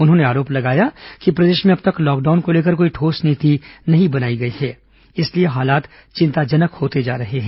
उन्होंने आरोप लगाया कि प्रदेश में अब तक लॉकडाउन को लेकर कोई ठोस नीति नहीं बनाई गई है इसलिए हालात चिंताजनक होते जा रहे हैं